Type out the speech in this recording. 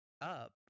up